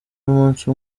y’umunsi